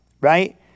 right